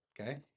Okay